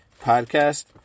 podcast